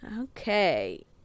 okay